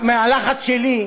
מהלחץ שלי,